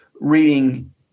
reading